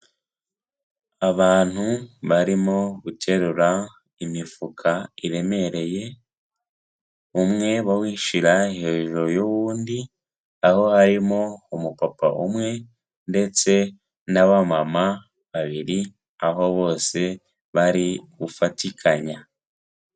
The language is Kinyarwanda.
Abantu barimo guterura imifuka iremereye, umwe bawushyira hejuru y'uwundi, aho harimo umupapa umwe, ndetse n'abamama babiri, aho bose bari gufatikanya.